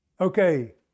Okay